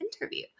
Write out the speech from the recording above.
interview